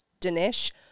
Dinesh